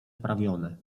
wprawione